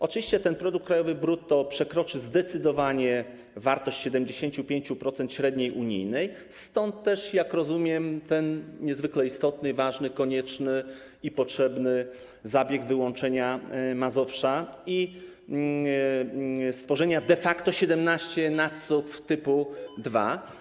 Oczywiście produkt krajowy brutto przekroczy zdecydowanie wartość 75% średniej unijnej, stąd też, jak rozumiem, ten niezwykle istotny, ważny, konieczny i potrzebny zabieg wyłączenia Mazowsza i stworzenia de facto 17 NUTS 2.